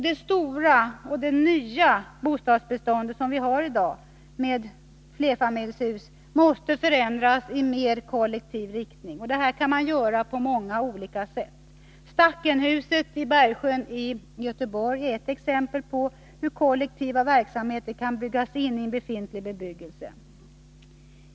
Det stora och nya bostadsbestånd som vi har i dag med flerfamiljshus måste förändras i mer kollektiv riktning. Detta kan man göra på många olika sätt. Stacken-huset i Bergsjön i Göteborg är ett exempel på hur kollektiva verksamheter kan byggas in i befintlig bebyggelse.